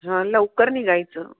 हां लवकर निघायचं